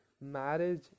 marriage